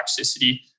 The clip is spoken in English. toxicity